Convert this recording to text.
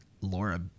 Laura